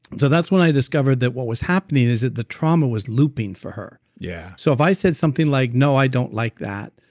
so that's when i discovered that what was happening is that the trauma was looping for her. yeah so if i said something like no i don't like that.